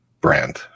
brand